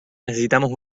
necesitamos